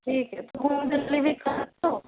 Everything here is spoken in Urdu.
ٹھیک ہے تو مجھے ڈلیوری کرا دو